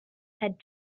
had